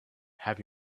have